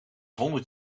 honderd